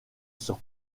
sur